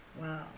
Wow